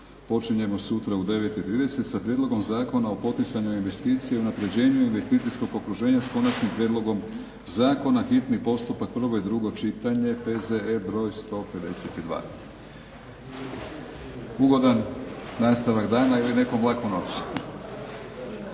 Počinjemo sutra u 9,30 sa prijedlogom Zakona o poticanju investicija i unapređenju investicijskog okruženja s konačnim prijedlogom zakona, hitni postupak, prvo i drugo čitanje, P.Z.E. br. 152. Ugodan nastavak dana ili nekom laku noć.